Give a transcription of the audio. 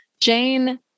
Jane